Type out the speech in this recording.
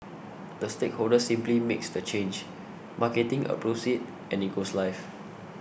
the stakeholder simply makes the change and it goes life